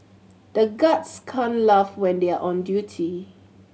the guards can't laugh when they are on duty